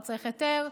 הוא לא צריך היתר.